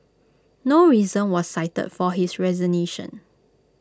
no reason was cited for his resignation